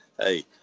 Hey